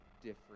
different